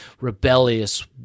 rebellious